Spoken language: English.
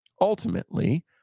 Ultimately